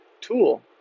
tool